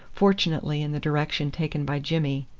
fortunately in the direction taken by jimmy,